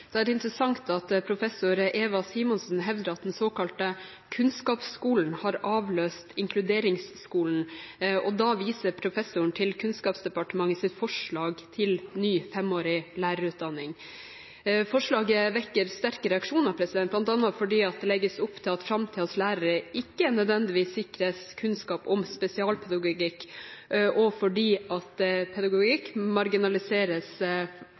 er det interessant at professor Eva Simonsen hevder at den såkalte kunnskapsskolen har avløst inkluderingsskolen, og da viser professoren til Kunnskapsdepartementets forslag til ny 5-årig lærerutdanning. Forslaget vekker sterke reaksjoner, bl.a. fordi det legges opp til at framtidens lærere ikke nødvendigvis sikres kunnskap om spesialpedagogikk, og fordi at